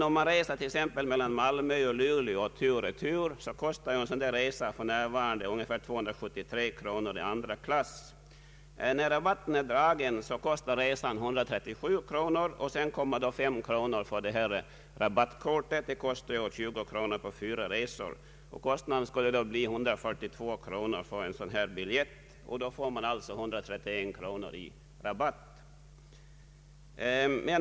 Om man reser t.ex. mellan Malmö och Luleå tur och retur så kostar en sådan resa för närvarande ungefär 273 kronor i andra klass. När rabatten är dragen kostar resan 137 kronor. Till detta kommer 5 kronor för rabattkortet som kostar 20 kronor för fyra resor. Kostnaden skulle då bli 142 kronor för en sådan biljett, man får alltså 131 kronor i rabatt.